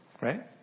Right